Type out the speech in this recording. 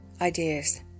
ideas